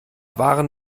waren